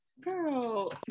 girl